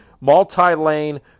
multi-lane